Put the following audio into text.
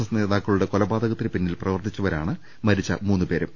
S നേതാക്കളുടെ കൊലപാതകത്തിന് പിന്നിൽ പ്രവർത്തിച്ചവരാണ് മരിച്ച മൂന്നുപേരും